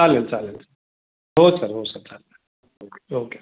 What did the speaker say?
चालेल चालेल हो सर हो सर चालेल ओके ओके सर